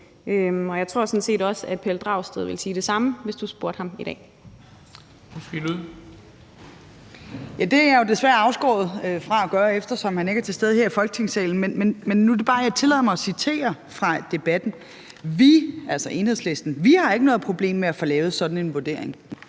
Dam Kristensen): Fru Sophie Løhde. Kl. 13:55 Sophie Løhde (V): Det er jeg jo desværre afskåret fra at gøre, eftersom han ikke er til stede her i Folketingssalen. Men jeg tillader mig at citere fra Debatten: Vi – altså Enhedslisten – har ikke noget problem med at få lavet sådan en vurdering.